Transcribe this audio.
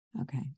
Okay